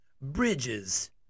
Bridges